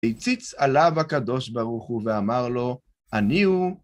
הציץ עליו הקדוש ברוך הוא ואמר לו, אני הוא.